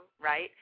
right